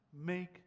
make